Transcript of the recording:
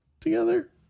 together